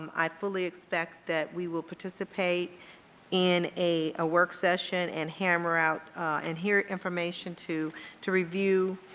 i fully expect that we will participate in a ah work session and hammer out and hear information to to review,